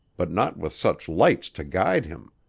but not with such lights to guide him.